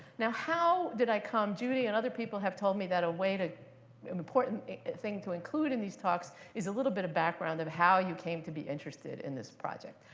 now how did i come judy and other people have told me that a way tt important thing to include in these talks is a little bit of background of how you came to be interested in this project.